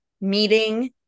meeting